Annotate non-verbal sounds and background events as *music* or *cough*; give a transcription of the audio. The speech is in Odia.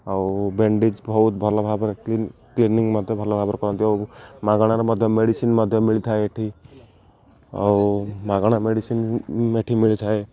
ଆଉ ବେଣ୍ଡେଜ୍ ବହୁତ ଭଲ ଭାବରେ କ୍ଲିନ୍ ମଧ୍ୟ ଭଲ ଭାବରେ କରନ୍ତି ଆଉ ମାଗଣାରେ ମଧ୍ୟ ମେଡ଼ିସିନ୍ ମଧ୍ୟ ମିଳିଥାଏ ଏଇଠି ଆଉ ମାଗଣା ମେଡ଼ିସିନ୍ *unintelligible* ଏଇଠି ମିଳିଥାଏ